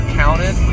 counted